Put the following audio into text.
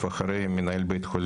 ובמקום "הוראות כאמור